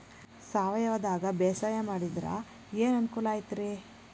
ಸಾವಯವದಾಗಾ ಬ್ಯಾಸಾಯಾ ಮಾಡಿದ್ರ ಏನ್ ಅನುಕೂಲ ಐತ್ರೇ?